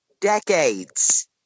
decades